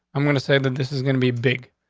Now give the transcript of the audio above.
i'm going to say that this is gonna be big.